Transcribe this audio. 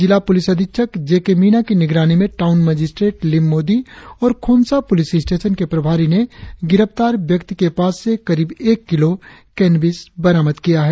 जिला पुलिस अधीक्षक जे के मिना की निगरानी में टाऊन मजिस्ट्रेट लिम मोदी और खोंसा पुलिस स्टेशन के प्रभारी ने गिरफ्तार व्यक्ति के पास से करीब एक किलो केनबिस बरामद किया है